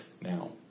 now